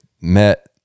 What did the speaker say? met